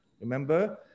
remember